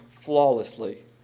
flawlessly